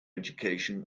education